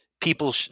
people